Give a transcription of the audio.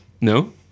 No